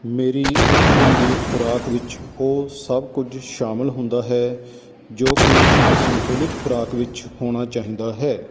ਮੇਰੀ ਇੱਕ ਦਿਨ ਦੀ ਖੁਰਾਕ ਵਿੱਚ ਉਹ ਸਭ ਕੁਝ ਸ਼ਾਮਲ ਹੁੰਦਾ ਹੈ ਜੋ ਕਿ ਇੱਕ ਸੰਤੁਲਿਤ ਖੁਰਾਕ ਵਿੱਚ ਹੋਣਾ ਚਾਹੀਂਦਾ ਹੈ